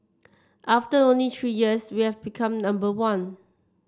after only three years we have become number one